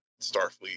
Starfleet